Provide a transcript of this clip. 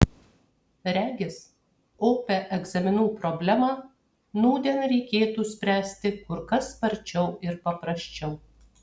regis opią egzaminų problemą nūdien reikėtų spręsti kur kas sparčiau ir paprasčiau